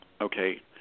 Okay